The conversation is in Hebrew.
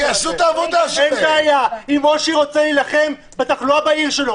אם ראש עירייה רוצה להילחם בתחלואה בעיר שלו